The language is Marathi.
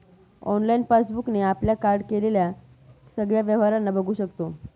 ऑनलाइन पासबुक ने आपल्या कार्ड केलेल्या सगळ्या व्यवहारांना बघू शकतो